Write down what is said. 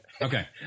Okay